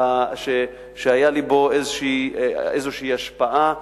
שהיתה לי בו איזו השפעה,